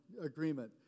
agreement